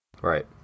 Right